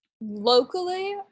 locally